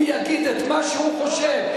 הוא יגיד את מה שהוא חושב,